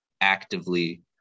actively